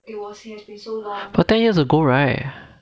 but ten years ago right